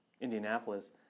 Indianapolis